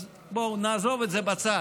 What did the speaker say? אז בואו נעזוב את זה בצד.